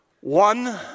One